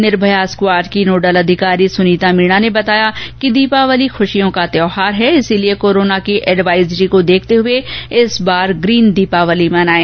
Nirbhaya squad की nodal अधिकारी सुनीता मीणा ने बताया कि दीपावली खुशियों का त्यौहार है इसलिए कोरोना की एडवाइजरी को देखते हुए इस बार ग्रीन दीपावली मनाएं